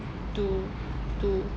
to to